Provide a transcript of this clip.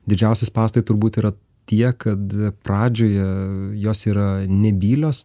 didžiausi spąstai turbūt yra tiek kad pradžioje jos yra nebylios